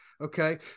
okay